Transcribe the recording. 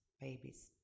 babies